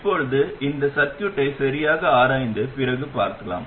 இப்போது இந்த சர்கியூட்டை சரியாக ஆராய்ந்து பிறகு பார்க்கலாம்